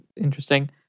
interesting